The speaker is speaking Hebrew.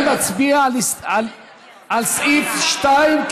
אני מצביע על סעיף 2,